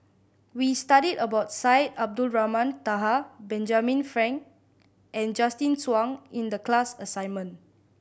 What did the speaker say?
we studied about Syed Abdulrahman Taha Benjamin Frank and Justin Zhuang in the class assignment